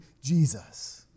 Jesus